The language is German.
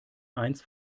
eins